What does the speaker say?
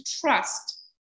trust